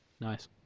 Nice